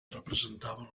representava